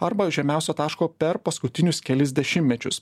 arba žemiausio taško per paskutinius kelis dešimtečius